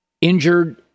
injured